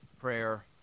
prayer